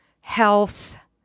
health